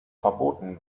verboten